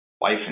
life